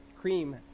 Cream